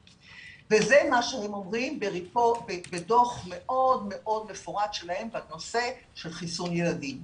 וזה מה שהם אומרים בדוח מאוד מאוד מפורט שלהם בנושא של חיסון ילדים: